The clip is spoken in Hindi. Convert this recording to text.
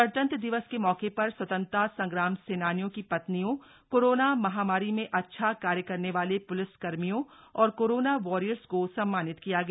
गणतंत्र दिवस के मौके पर स्वतंत्रता संग्राम सेनानियों की पत्नियों कोरोना महामारी में अच्छा कार्य करने वाले प्लिसकर्मियों और कोरोना वॉरियर्स को सम्मानित किया गया